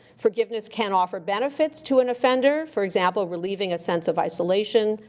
forgiveness can offer benefits to an offender, for example, relieving a sense of isolation,